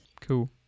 Cool